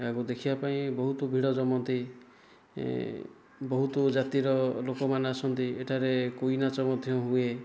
ଏହାକୁ ଦେଖିବା ପାଇଁ ବହୁତ ଭିଡ଼ ଯମାନ୍ତି ବହୁତ ଜାତିର ଲୋକମାନେ ଆସନ୍ତି ଏଠାରେ କୁଇ ନାଚ ମଧ୍ୟ ହୁଏ